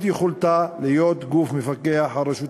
יכולתה להיות גוף מפקח על רשות המים.